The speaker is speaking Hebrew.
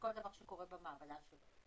שכל בקשה למחוללים שנמצאים ברשימה,